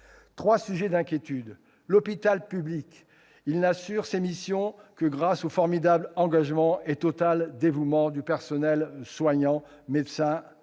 trois sujets d'inquiétude. Premièrement, l'hôpital public n'assure ses missions que grâce au formidable engagement et au total dévouement du personnel soignant- médecins,